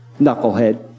Knucklehead